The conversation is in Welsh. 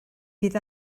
bydd